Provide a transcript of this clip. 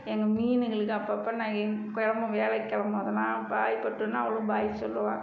எங்கள் மீன்களுக்கு அப்பப்போ நான் எங் கிளம்பும் வேலைக்கு கிளம்பும்போதெல்லாம் பை பட்டுனால் அவளும் பை சொல்லுவாள்